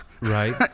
Right